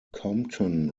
compton